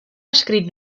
escrit